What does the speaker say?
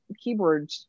keyboard